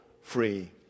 free